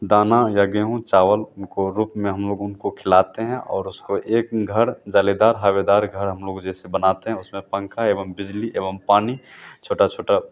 दाना या गेहूँ चावल उनको रूप में हम लोग उनको खिलाते हैं और उसको एक घर जालीदार हवादार घर हम लोग जैसे बनाते हैं उसमें पंखा एवं बिजली एवं पानी छोटा छोटा